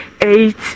eight